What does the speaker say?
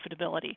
profitability